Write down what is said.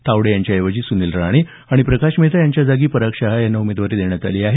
तावडे यांच्याऐवजी सुनील राणे आणि प्रकाश मेहता यांच्या जागी पराग शहा यांना उमेदवारी देण्यात आली आहे